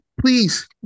Please